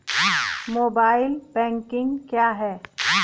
Mobile banking क्या है?